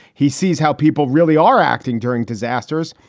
he sees how people really are acting during disasters.